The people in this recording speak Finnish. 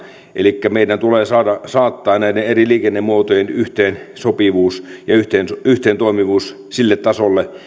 elikkä meidän tulee saattaa näiden eri liikennemuotojen yhteensopivuus ja yhteentoimivuus sille tasolle